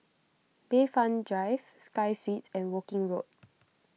Bayfront Drive Sky Suites and Woking Road